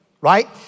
right